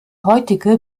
heutige